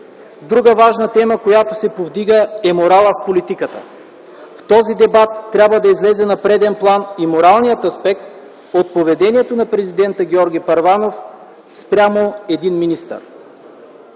Друга важна тема, която се повдига, е моралът в политиката. В този дебат трябва да излезе на преден план и моралният аспект от поведението на президента Георги Първанов спрямо един министър.